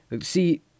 See